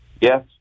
Yes